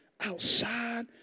outside